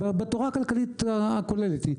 בתורה הכלכלית הכוללת היא,